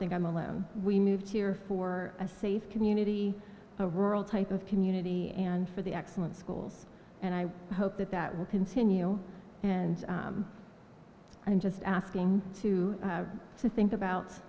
think i'm alone we moved here for a safe community a rural type of community and for the excellent schools and i hope that that will continue and i'm just asking to have to think about